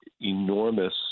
enormous